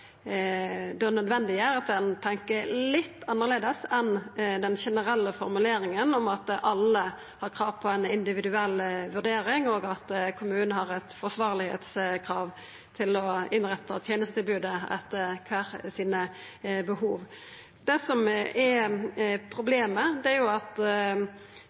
det er nødvendig at ein tenkjer litt annleis enn den generelle formuleringa om at alle har krav på ei individuell vurdering, og at kommunen har eit forsvarlegkrav til å innretta tenestetilbodet etter behovet til kvar og ein. Det som er problemet, er at sjølv om ein kommune innser at